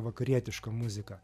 vakarietiška muzika